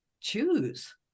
choose